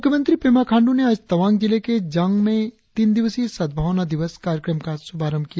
मुख्यमंत्री पेमा खांड्र ने आज तवांग जिले के जांग में तीन दिवसीय सदभावना दिवस कार्यक्रम का शुभारंभ किया